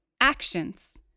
Actions